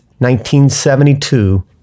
1972